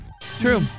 True